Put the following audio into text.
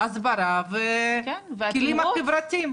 ההסברה והכלים החברתיים.